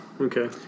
Okay